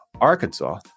arkansas